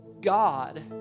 God